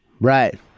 Right